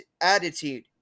attitude